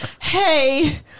Hey